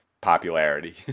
popularity